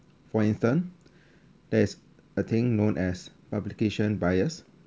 for instance there's a thing known as publication bias